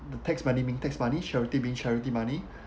tax money being tax money charity being charity money